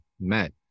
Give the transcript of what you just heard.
met